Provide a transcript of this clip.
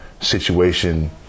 situation